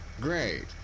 Great